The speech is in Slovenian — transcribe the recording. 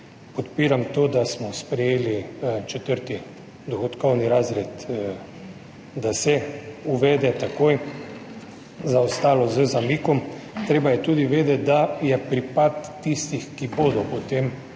Podpiram to, da smo sprejeli četrti dohodkovni razred, da se uvede takoj, za ostalo z zamikom. Treba je tudi vedeti, da je pripad tistih, ki bodo potem